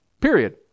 Period